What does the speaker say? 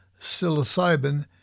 psilocybin